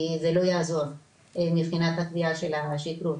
כי זה לא יעזור מבחינת התביעה של השכרות.